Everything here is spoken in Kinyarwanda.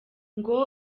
ngo